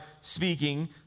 speaking